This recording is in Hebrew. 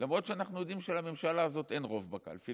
למרות שאנחנו יודעים שלממשלה הזאת אין רוב בקלפי,